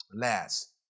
Last